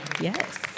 Yes